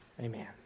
Amen